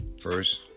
First